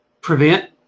prevent